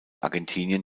argentinien